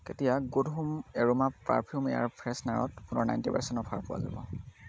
কেতিয়া good home aroma perfume air ফ্ৰেছনাৰত পুনৰ নাইটি পাৰ্চেণ্ট অফাৰ পোৱা যাব